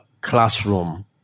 classroom